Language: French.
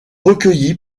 recueilli